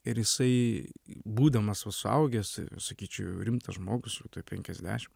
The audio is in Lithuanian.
ir jisai būdamas va suaugęs sakyčiau rimtas žmogus penkiasdešim